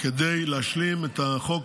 כדי להשלים את החוק,